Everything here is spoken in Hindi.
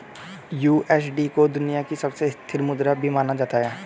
यू.एस.डी को दुनिया की सबसे स्थिर मुद्रा भी माना जाता है